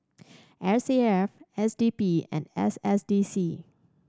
S A F S D P and S S D C